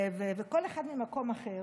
וכל אחד ממקום אחר.